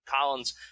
Collins